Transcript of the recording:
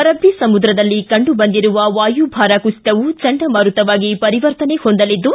ಅರಬ್ಬ ಸಮುದ್ರದಲ್ಲಿ ಕಂಡು ಬಂದಿರುವ ವಾಯುಭಾರ ಕುಸಿತವು ಚಂಡಮಾರುತವಾಗಿ ಪರಿವರ್ತನೆ ಹೊಂದಲಿದ್ದು